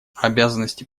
обязанности